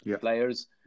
players